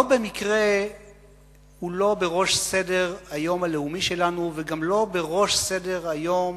לא במקרה הוא לא בראש סדר-היום הלאומי שלנו וגם לא בראש סדר-היום,